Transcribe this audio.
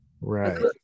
right